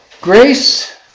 Grace